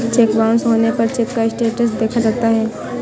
check bounce होने पर cheque का स्टेटस देखा जाता है